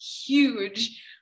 huge